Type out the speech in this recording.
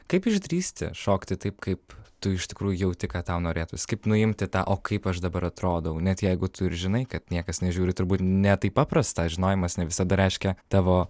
kaip išdrįsti šokti taip kaip tu iš tikrųjų jauti ką tau norėtųs kaip nuimti tą o kaip aš dabar atrodau net jeigu tu ir žinai kad niekas nežiūri turbūt ne taip paprasta žinojimas ne visada reiškia tavo